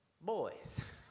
boys